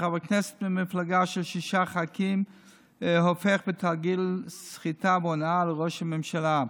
כשחבר כנסת ממפלגה של שישה ח"כים הופך בתרגיל סחיטה והונאה לראש ממשלה,